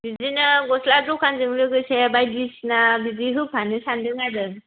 बिदिनो गस्ला दखानजों लोगोसे बायदिसिना बिदि होफानो सानदों आरो